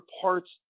parts